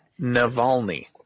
Navalny